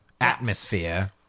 atmosphere